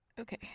Okay